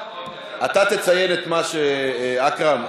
אכרם,